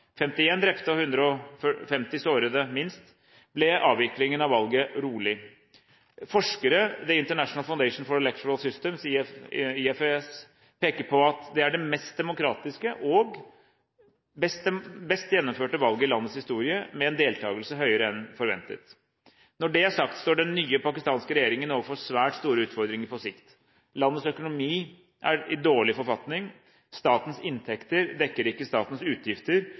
og 150 sårede, minst – ble avviklingen av valget rolig. Forskere ved The International Foundation for Electoral Systems, IFES, peker på at det er det mest demokratiske og best gjennomførte valget i landets historie, med en deltakelse høyere enn forventet. Når det er sagt, står den nye pakistanske regjeringen overfor svært store utfordringer på sikt. Landets økonomi er i dårlig forfatning – statens inntekter dekker ikke statens utgifter.